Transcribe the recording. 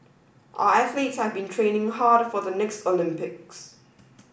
or athletes have been training hard for the next Olympics